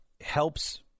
helps